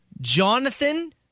Jonathan